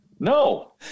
No